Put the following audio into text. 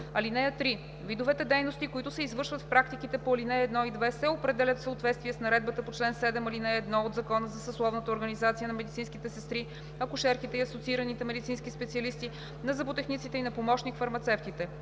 чл. 40. (3) Видовете дейности, които се извършват в практиките по ал. 1 и 2 се определят в съответствие с наредбата по чл. 7, ал. 1 от Закона за съсловните организации на медицинските сестри, акушерките и асоциираните медицински специалисти, на зъботехниците и на помощник-фармацевтите.